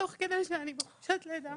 ותוך כדי שאני בחופשת לידה